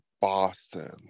Boston